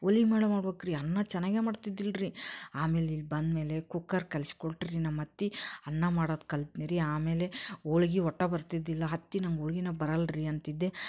ಒಲೆ ಮ್ಯಾಲೆ ಮಾಡ್ಬೇಕು ರೀ ಅನ್ನ ಚೆನ್ನಾಗೇ ಮಾಡ್ತಿದ್ದಿಲ್ಲ ರೀ ಆಮೇಲೆ ಇಲ್ಲಿ ಬಂದಮೇಲೆ ಕುಕ್ಕರ್ ಕಲ್ಸ್ಕೊಟ್ರು ರೀ ನಮ್ಮ ಅತ್ತೆ ಅನ್ನ ಮಾಡೋದ ಕಲ್ತ್ನಿ ರೀ ಆಮೇಲೆ ಹೋಳ್ಗಿ ಒಟ್ಟು ಬರ್ತಿದ್ದಿಲ್ಲ ಅತ್ತಿ ನಂಗೆ ಹೋಳ್ಗೀನ ಬರಲ್ಲ ರೀ ಅಂತಿದ್ದೆ